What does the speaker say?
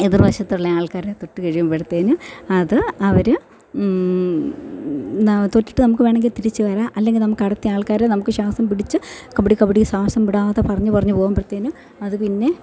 എതിർവശത്തുള്ള ആൾക്കാരെ തൊട്ടു കഴിയുമ്പഴത്തേനും അത് അവര് ന തൊട്ടിട്ട് നമുക്ക് വേണമെങ്കിൽ തിരിച്ചു വരാം അല്ലെങ്കിൽ നമുക്ക് അടുത്ത ആൾക്കാരെ നമുക്ക് ശ്വാസം പിടിച്ച് കബഡി കബഡി ശ്വാസം വിടാതെ പറഞ്ഞു പറഞ്ഞു പോകുമ്പഴത്തേനും അത് പിന്നെ